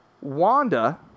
Wanda